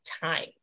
time